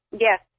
Yes